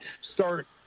start